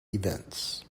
events